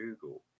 Google